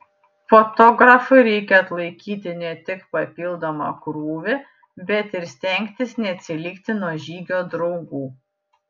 fotografui reikia atlaikyti ne tik papildomą krūvį bet ir stengtis neatsilikti nuo žygio draugų